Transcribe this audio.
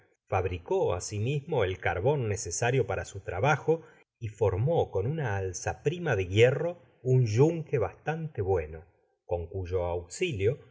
fabricó asimismo el carbon necesario para su trabajo y formó con una alzap rima de hierro un yunque bastante bueno con cuyo auxilio